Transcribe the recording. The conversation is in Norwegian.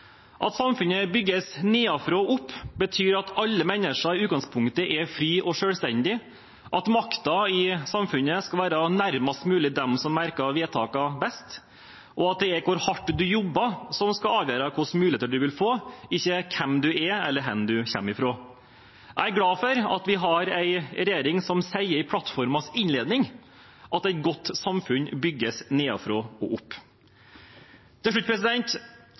At samfunnet bygges nedenfra og opp, betyr at alle mennesker i utgangspunktet er frie og selvstendige, at makten i samfunnet skal være nærmest mulig dem som merker vedtakene best, og at det er hvor hardt man jobber, som skal avgjøre hvilke muligheter man vil få, ikke hvem man er, eller hvor man kommer fra. Jeg er glad for at vi har en regjering som sier i plattformens innledning at et godt samfunn bygges nedenfra og opp. Til slutt: